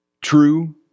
True